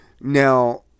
Now